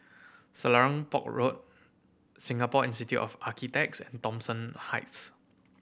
Selarang Park Road Singapore Institute of Architects and Thomson Heights